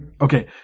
Okay